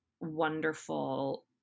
wonderful